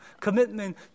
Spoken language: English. Commitment